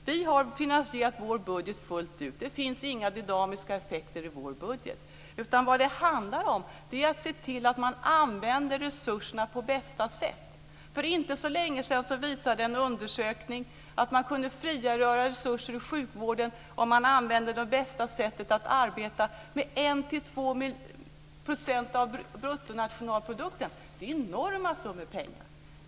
Vi har finansierat den fullt ut. Det finns inga dynamiska effekter i vår budget. Vad det handlar om är att se till att använda resurserna på bästa sätt. För inte så länge sedan visade en undersökning att man kunde frigöra resurser i sjukvården med 1-2 % av BNP om man använde det bästa sättet att arbeta. Det är enorma summor pengar.